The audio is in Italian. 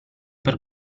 per